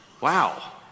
Wow